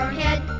head